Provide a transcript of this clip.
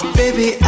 baby